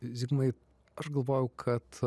zigmai aš galvojau kad